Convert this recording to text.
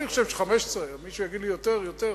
אני חושב ש-15, ואם מישהו יגיד לי שיותר, יותר.